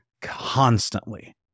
constantly